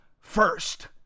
first